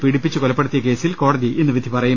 പീഡിപ്പിച്ചു കൊലപ്പെടുത്തിയ കേസിൽ കോടതി ഇന്ന് വിധി പറയും